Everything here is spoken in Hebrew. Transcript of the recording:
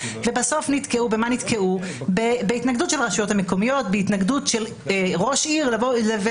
ובסוף נתקעו בהתנגדויות של רשויות מקומיות ובהתנגדות של ראש עיר שאומר: